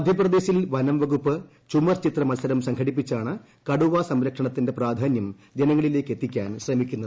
മൂധ്യൂപദേശിൽ വനംവകുപ്പ് ചുമർചിത്ര മത്സരം സംഘടിപ്പിച്ചാണ് പ്രിക്ടുവാ സംരക്ഷണത്തിന്റെ പ്രാധാന്യം ജനങ്ങളിലേക്കെത്തിക്ക്ട്രിൻ ശ്രമിക്കുന്നത്